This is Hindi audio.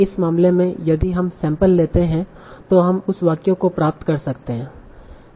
इस मामले में यदि हम सैंपल लेते हैं तो हम उस वाक्य को प्राप्त कर सकते हैं